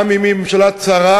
גם אם היא ממשלה צרה,